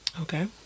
Okay